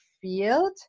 field